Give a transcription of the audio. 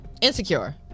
Insecure